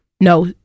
No